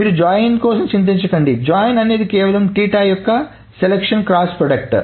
మీరు జాయిన్ కోసం చింతించకండి జాయిన్ అనేది కేవలం యొక్క ఎంపిక క్రాస్ ప్రొడక్ట్